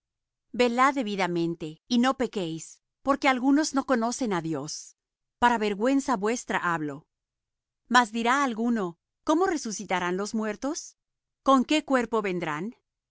velad debidamente y no pequéis porque algunos no conocen á dios para vergüenza vuestra hablo mas dirá alguno cómo resucitarán los muertos con qué cuerpo vendrán necio lo